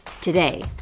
Today